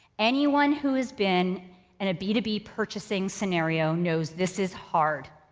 anyone who has been in a b two b purchasing scenario knows this is hard.